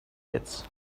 hits